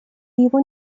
его